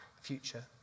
future